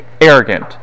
arrogant